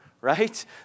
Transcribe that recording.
right